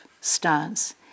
stance